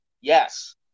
Yes